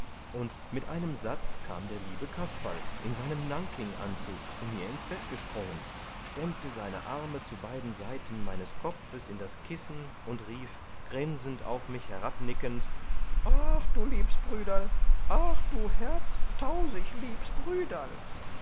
und mit einem satz kam der liebe kasperl in seinem nankinganzug zu mir ins bett gesprungen stemmte seine arme zu beiden seiten meines kopfes in das kissen und rief grinsend auf mich herabnickend ach du liebs brüderl ach du herztausig liebs brüderl